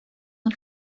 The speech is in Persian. اون